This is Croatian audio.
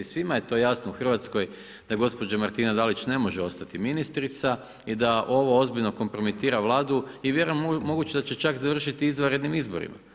Svima je to jasno u Hrvatskoj da gospođa Martina Dalić ne može ostati ministrica i da ovo ozbiljno kompromitira Vladu i vjerujem, moguće da će čak završiti izvanrednim izborima.